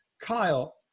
Kyle